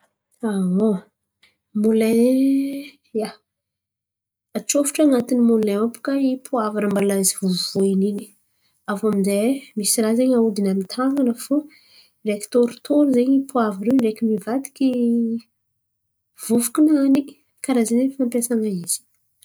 Aon, molain atsofotro an̈atiny molain baka ipoavara izy mbala vo voeniny in̈y. Aviô amizay misy raha aodiny amin’ny tanan̈a fo ndraiky torotoro zen̈y ipoavira io ndraiky mivadiky vovoko-nany, karà zen̈y ze fampiasana izy.